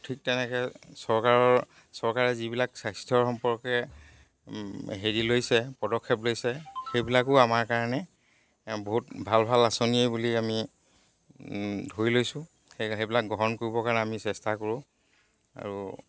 ঠিক তেনেকৈ চৰকাৰৰ চৰকাৰে যিবিলাক স্বাস্থ্যৰ সম্পৰ্কে হেৰি লৈছে পদক্ষেপ লৈছে সেইবিলাকো আমাৰ কাৰণে বহুত ভাল ভাল আঁচনি বুলি আমি ধৰি লৈছোঁ সেই সেইবিলাক গ্ৰহণ কৰিবৰ কাৰণে আমি চেষ্টা কৰোঁ আৰু